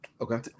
Okay